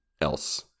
else